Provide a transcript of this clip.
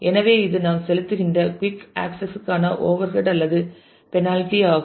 எனவே இது நாம் செலுத்துகின்ற குயிக் ஆக்சஸ் க்கான ஓவர்ஹெட் அல்லது பெனால்டி ஆகும்